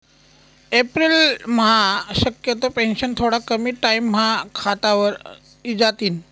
एप्रिलम्हा शक्यतो पेंशन थोडा कमी टाईमम्हा खातावर इजातीन